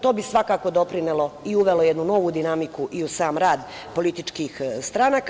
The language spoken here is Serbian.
To bi svakako doprinelo i uvelo jednu novu dinamiku i u sam rad političkih stranaka.